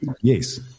Yes